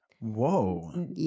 Whoa